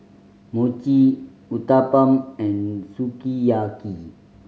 Mochi Uthapam and Sukiyaki